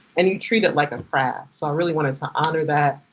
and you treat it like a craft. so i really wanted to honor that.